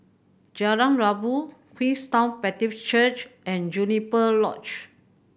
Jalan Rabu Queenstown Baptist Church and Juniper Lodge